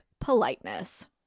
politeness